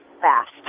fast